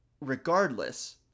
Regardless